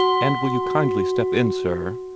and will you kindly step in, sir?